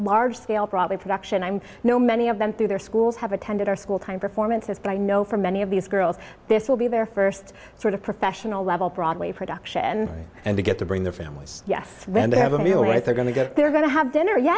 large scale probably production i'm know many of them through their schools have attended our school time performances but i know for many of these girls this will be their first sort of professional level broadway production and they get to bring their families yes when they have a meal right they're going to get they're going to have dinner ye